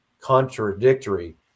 contradictory